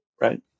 Right